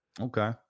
Okay